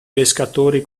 pescatori